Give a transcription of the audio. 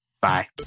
Bye